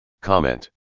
Comment